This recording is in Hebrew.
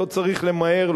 לא צריך למהר,